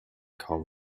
kaum